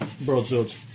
Broadswords